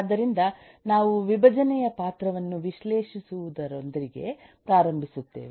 ಆದ್ದರಿಂದ ನಾವು ವಿಭಜನೆಯ ಪಾತ್ರವನ್ನು ವಿಶ್ಲೇಷಿಸುವುದರೊಂದಿಗೆ ಪ್ರಾರಂಭಿಸುತ್ತೇವೆ